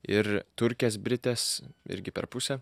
ir turkės britės irgi per pusę